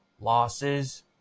losses